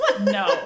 No